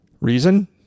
Reason